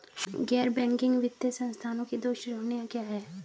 गैर बैंकिंग वित्तीय संस्थानों की दो श्रेणियाँ क्या हैं?